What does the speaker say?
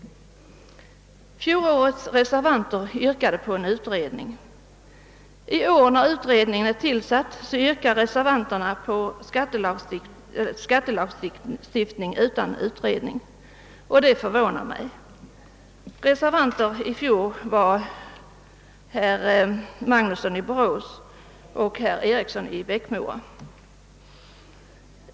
Fjolårets reservanter yrkade på en utredning. I år när utredningen är tillsatt yrkar reservanterna på en ändring av skattelagstiftningen utan föregående utredning. Detta förvånar mig. Reservanter i fjol var herr Magnusson i Borås och herr Eriksson i Bäckmora.